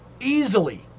Easily